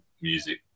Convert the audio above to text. music